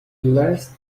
last